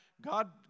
God